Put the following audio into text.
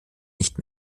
nicht